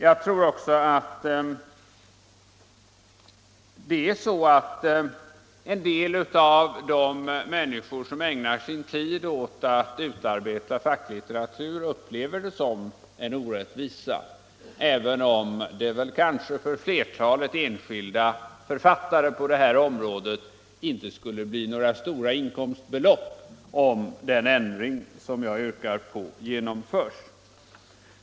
Jag tror också att en del av de människor som ägnar sin tid åt att utarbeta facklitteratur upplever det som en orättvisa, även om det för flertalet enskilda författare på detta område inte skulle bli några stora inkomstbelopp om den ändring som jag yrkar på genomförs.